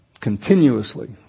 Continuously